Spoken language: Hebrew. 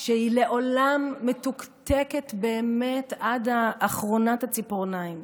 שהיא לעולם מתוקתקת, באמת עד אחרונת הציפורניים.